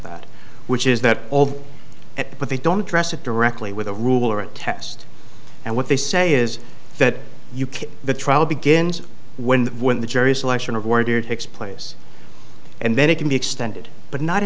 that which is that at but they don't address it directly with a rule or a test and what they say is that you keep the trial begins when the when the jury selection of order takes place and then it can be extended but not